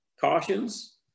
cautions